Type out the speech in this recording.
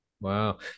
Wow